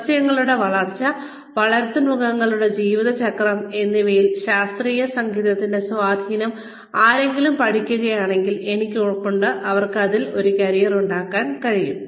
സസ്യങ്ങളുടെ വളർച്ച വളർത്തുമൃഗങ്ങളുടെ ജീവിതചക്രം എന്നിവയിൽ ശാസ്ത്രീയ സംഗീതത്തിന്റെ സ്വാധീനം ആരെങ്കിലും പഠിക്കുകയാണെങ്കിൽ എനിക്ക് ഉറപ്പുണ്ട് അവർക്ക് അതിൽ നിന്ന് ഒരു കരിയർ ഉണ്ടാക്കാൻ കഴിയും